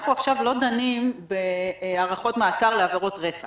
אנחנו לא דנים עכשיו בהארכות מעצר לעבירות רצח,